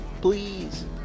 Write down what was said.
please